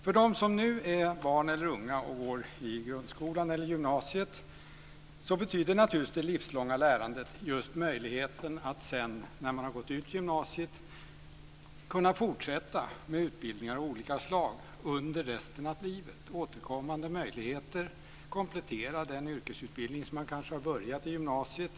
För dem som nu är barn eller unga och går i grundskolan eller gymnasiet betyder det livslånga lärandet möjligheten att när man har gått ut gymnasiet fortsätta med utbildningar av olika slag under resten av livet. Man får återkommande möjligheter att komplettera den yrkesutbildning man kanske har påbörjat i gymnasiet.